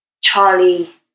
Charlie